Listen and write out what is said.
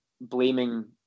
blaming